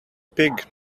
pig